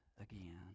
again